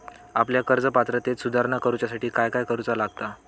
आपल्या कर्ज पात्रतेत सुधारणा करुच्यासाठी काय काय करूचा लागता?